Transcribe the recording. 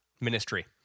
ministry